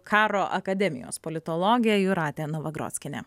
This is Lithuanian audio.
karo akademijos politologė jūratė novagrockienė